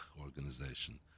organization